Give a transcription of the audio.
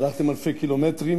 הלכתם אלפי קילומטרים,